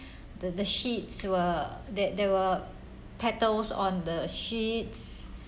the the sheets were that there were petals on the sheets